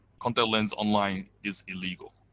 contact lens online is illegal,